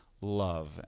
love